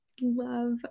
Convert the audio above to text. Love